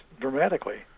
dramatically